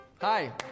Hi